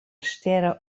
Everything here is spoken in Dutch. sterren